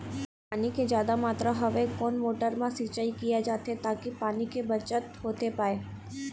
पानी के जादा मात्रा हवे कोन मोटर मा सिचाई किया जाथे ताकि पानी के बचत होथे पाए?